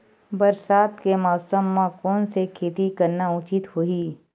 बरसात के मौसम म कोन से खेती करना उचित होही?